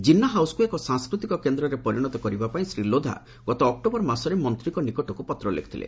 ଜିନ୍ନା ହାଉସ୍କୁ ଏକ ସାଂସ୍କୃତିକ କେନ୍ଦ୍ରରେ ପରିଣତ କରିବା ପାଇଁ ଶ୍ରୀ ଲୋଧା ଗତ ଅକ୍ଟୋବର ମାସରେ ମନ୍ତ୍ରୀଙ୍କ ନିକଟକୁ ପତ୍ର ଲେଖିଥିଲେ